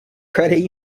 credit